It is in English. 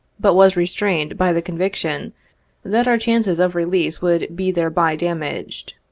but was restrained by the conviction that our chances of release would be thereby damaged.